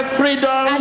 freedom